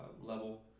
level